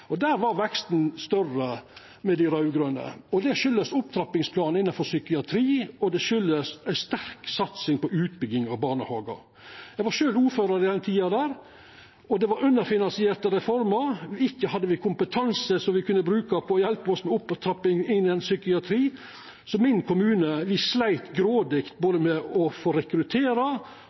og der var veksten større med dei raud-grøne. Det skuldast opptrappingsplanen innanfor psykiatri, og det skuldast ei sterk satsing på utbygging av barnehagar. Eg var sjølv ordførar i den tida. Det var underfinansierte reformer, og ikkje hadde me kompetanse som me kunne bruka for å hjelpa oss med opptrapping innanfor psykiatri. Min kommune sleit grådig med både å rekruttera, å tilsetja og ikkje minst med å